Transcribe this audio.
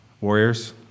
Warriors